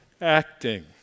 acting